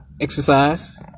exercise